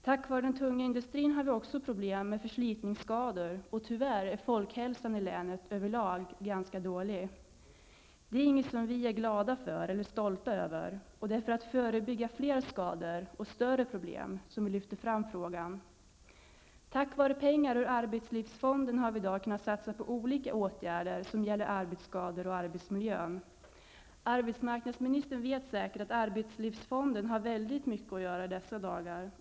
På grund av den tunga industrin har vi också problem med förslitningsskador, och tyvärr är folkhälsan i länet över lag ganska dålig. Det är inget som vi är glada eller stolta över. Det är för att förebygga fler skador och större problem som vi lyfter fram den frågan. Tack vare pengar ur arbetslivsfonden har vi kunnat satsa på olika åtgärder som gäller arbetsskador och arbetsmiljön. Arbetsmarknadsministern vet säkert att arbetslivsfonden har väldigt mycket att göra i dessa dagar.